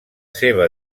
seva